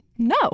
No